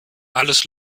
alles